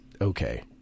okay